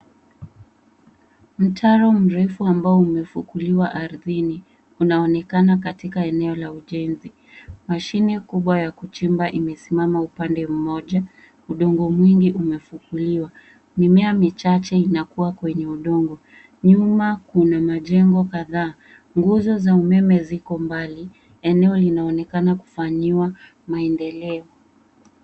Mtaro mrefu ambao unefukuliwa ardhini. Unaonekana katika eneo ya ujenzi. Mashine kubwa ya kuchimba imesimama katika upande mmoja. Udongo mwingi unafukuliwa. Mimea michache inakua kwenye udongo. Nyuma majengo kadhaa. Nguzo za umeme ziko mbali. Eneo linaonekana kufanyiwa maendeleo.